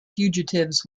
fugitives